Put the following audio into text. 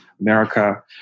America